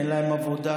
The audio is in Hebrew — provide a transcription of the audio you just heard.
אין להם עבודה,